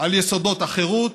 על יסודות החירות,